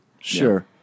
Sure